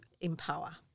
empower